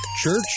church